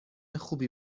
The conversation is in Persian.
خوبی